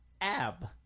ab